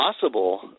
possible